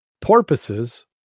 porpoises